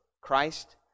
Christ